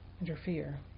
interfere